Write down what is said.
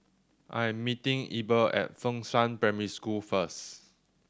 I am meeting Eber at Fengshan Primary School first